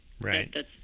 right